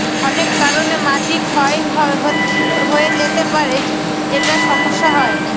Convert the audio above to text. অনেক কারনে মাটি ক্ষয় হয়ে যেতে পারে যেটায় সমস্যা হয়